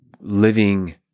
living